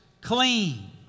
clean